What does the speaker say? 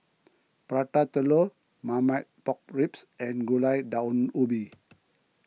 Prata Telur Marmite Pork Ribs and Gulai Daun Ubi